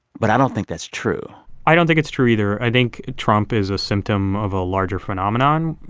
but i don't think that's true i don't think it's true, either. i think trump is a symptom of a larger phenomenon.